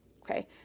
Okay